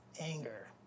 anger